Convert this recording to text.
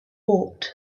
walked